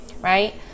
right